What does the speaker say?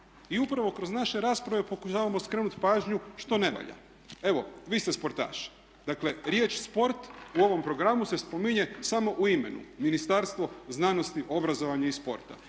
I upravo kroz naše rasprave pokušavamo skrenuti pažnju što ne valja. Evo vi ste sportaš. Dakle, riječ sport u ovom programu se spominje samo u imenu Ministarstvo znanosti, obrazovanja i sporta